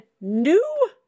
new